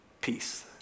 peace